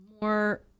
more –